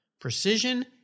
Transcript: precision